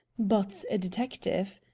but a detective.